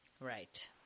Right